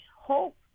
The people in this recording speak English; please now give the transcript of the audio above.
hope